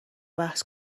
بحث